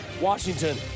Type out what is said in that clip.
Washington